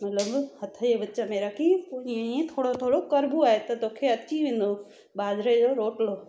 मतिलबु हथ जे विच में रखी ईंअ ईंअ थोरो थोरो करबो आहे त तोखे अची वेंदो ॿाजरे जो रोटलो